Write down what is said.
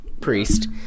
priest